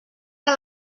que